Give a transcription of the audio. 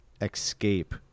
escape